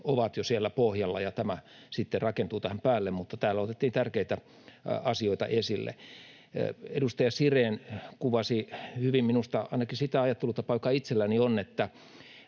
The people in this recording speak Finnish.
ovat jo siellä pohjalla, ja tämä sitten rakentuu tähän päälle, mutta täällä otettiin tärkeitä asioita esille. Edustaja Sirén kuvasi ainakin minusta hyvin sitä ajattelutapaa, joka itselläni on, että